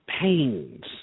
pains